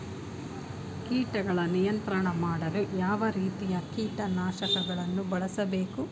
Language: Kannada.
ಕೀಟಗಳ ನಿಯಂತ್ರಣ ಮಾಡಲು ಯಾವ ರೀತಿಯ ಕೀಟನಾಶಕಗಳನ್ನು ಬಳಸಬೇಕು?